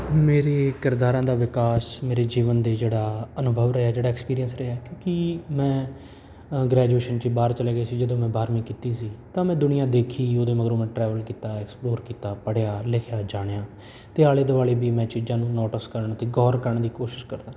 ਮੇਰੇ ਕਿਰਦਾਰਾਂ ਦਾ ਵਿਕਾਸ ਮੇਰੇ ਜੀਵਨ ਦਾ ਜਿਹੜਾ ਅਨੁਭਵ ਰਿਹਾ ਜਿਹੜਾ ਐਕਸਪੀਰੀਅਸ ਰਿਹਾ ਕਿਉਂਕਿ ਮੈਂ ਗ੍ਰੈਜੂਏਸ਼ਨ 'ਚ ਬਾਹਰ ਚਲਾ ਗਿਆ ਸੀ ਜਦੋਂ ਮੈਂ ਬਾਰ੍ਹਵੀਂ ਕੀਤੀ ਸੀ ਤਾਂ ਮੈਂ ਦੁਨੀਆ ਦੇਖੀ ਹੀ ਉਹਦੇ ਮਗਰੋਂ ਮੈਂ ਟਰੈਵਲ ਕੀਤਾ ਐਕਸਪਲੋਰ ਕੀਤਾ ਪੜ੍ਹਿਆ ਲਿਖਿਆ ਜਾਣਿਆ ਅਤੇ ਆਲੇ ਦੁਆਲੇ ਵੀ ਮੈਂ ਚੀਜ਼ਾਂ ਨੂੰ ਨੋਟਿਸ ਕਰਨ ਦੀ ਗੌਰ ਕਰਨ ਦੀ ਕੋਸ਼ਿਸ਼ ਕਰਦਾ